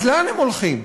אז לאן הם הולכים?